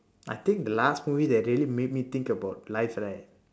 I think the last movie that really made me think about life right